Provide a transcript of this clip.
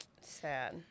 Sad